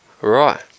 Right